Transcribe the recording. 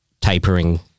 tapering